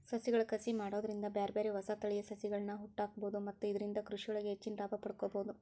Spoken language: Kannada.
ಸಸಿಗಳ ಕಸಿ ಮಾಡೋದ್ರಿಂದ ಬ್ಯಾರ್ಬ್ಯಾರೇ ಹೊಸ ತಳಿಯ ಸಸಿಗಳ್ಳನ ಹುಟ್ಟಾಕ್ಬೋದು ಮತ್ತ ಇದ್ರಿಂದ ಕೃಷಿಯೊಳಗ ಹೆಚ್ಚಿನ ಲಾಭ ಪಡ್ಕೋಬೋದು